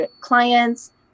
clients